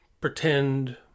pretend